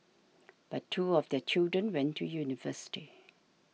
but two of their children went to university